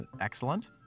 excellent